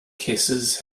kisses